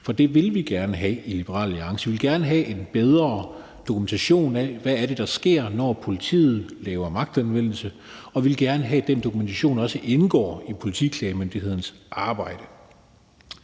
For det vil vi i Liberal Alliance gerne have. Vi vil gerne have en bedre dokumentation af, hvad det er, der sker, når politiet laver magtanvendelse, og vi vil gerne have, at den dokumentation også indgår i Politiklagemyndighedens arbejde.